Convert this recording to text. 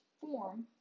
form